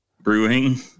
Brewing